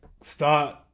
start